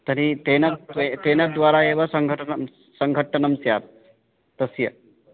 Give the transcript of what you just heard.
तर्हि तेन त्वे तेन द्वारा एव सङ्घटनं सङ्घटनं स्यात् तस्य